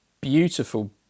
beautiful